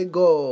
go